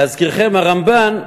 להזכירכם, הרמב"ן,